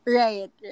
right